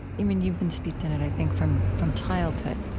you've been you've been steeped in it, i think, from from childhood.